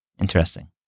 Interesting